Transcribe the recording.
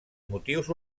motius